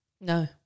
No